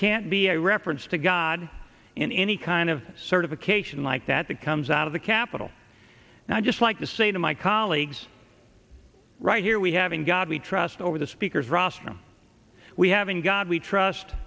can't be a reference to god in any kind of certification like that that comes out of the capitol now just like to say to my colleagues right here we have in god we trust over the speaker's rostrum we have in god we trust